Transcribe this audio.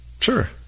Sure